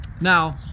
Now